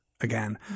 again